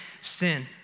sin